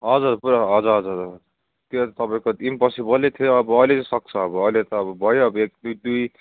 हजुर पुरा हजुर हजुर हजुर त्यो तपाईँको इम्पोस्सिबलै थियो अब अहिले चाहिँ सक्छ अब अहिले त अब भयो अब एक दुई दुई